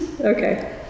Okay